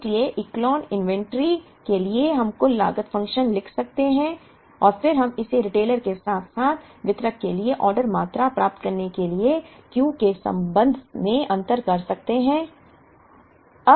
इसलिए echelon inventory के लिए हम कुल लागत फ़ंक्शन लिख सकते हैं और फिर हम इसे रिटेलर के साथ साथ वितरक के लिए ऑर्डर मात्रा प्राप्त करने के लिए Q के संबंध में अंतर कर सकते हैं